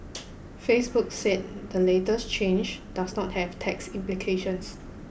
Facebook said the latest change does not have tax implications